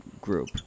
group